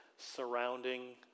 surrounding